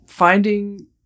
Finding